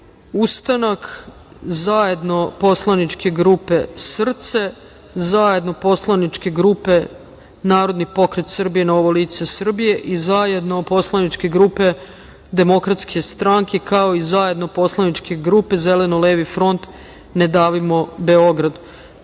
ustanak, zajedno poslaničke grupe SRCE, zajedno poslaničke grupe Narodni pokret Srbije – Novo lice Srbije, zajedno poslaničke grupe Demokratske stranke, kao i zajedno poslaničke grupe Zeleno-levi front – Ne davimo Beograd. Stavljam